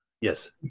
yes